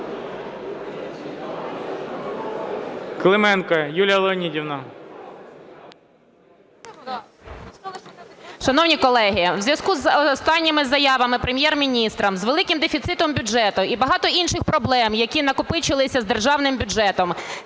КЛИМЕНКО Ю.Л. Шановні колеги, у зв'язку з останніми заявами Прем’єр-міністра, з великим дефіцитом бюджету і багато інших проблем, які накопичилися з державним бюджетом,